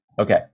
Okay